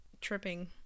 Tripping